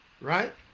right